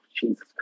Jesus